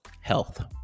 health